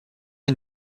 une